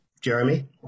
Jeremy